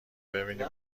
ببینی